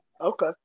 Okay